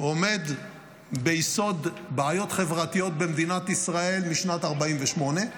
עומד ביסוד בעיות חברתיות במדינת ישראל משנת 1948,